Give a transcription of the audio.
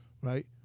right